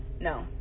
no